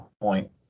point